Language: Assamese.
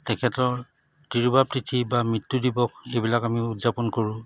তেখেতৰ তিৰুভাৱ তিথি বা মৃত্যু দিৱস এইবিলাক আমি উদযাপন কৰোঁ